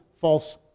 false